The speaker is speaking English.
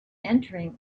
entering